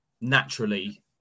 Naturally